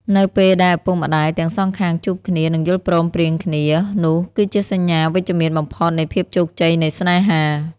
នៅពេលដែលឪពុកម្ដាយទាំងសងខាងជួបគ្នា និងយល់ព្រមព្រៀងគ្នា នោះគឺជាសញ្ញាវិជ្ជមានបំផុតនៃភាពជោគជ័យនៃស្នេហា។